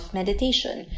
meditation